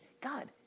God